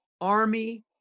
Army